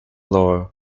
lower